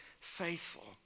faithful